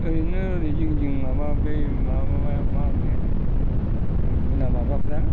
ओरैनो ओरै जोंनिजों माबा बै माबाया मा होनो गुना माबाफ्रा